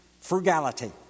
frugality